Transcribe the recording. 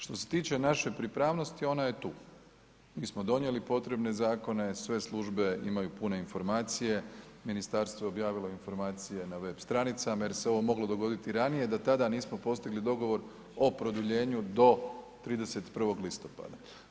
Što se tiče naše pripravnosti, ona je tu, mi smo donijeli potrebne zakone, sve službe imaju pune informacije, ministarstvo je objavilo informacije na web stranicama jer se ovo moglo dogoditi i ranije da tada nismo postigli dogovor o produljenju do 31. listopada.